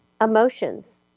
emotions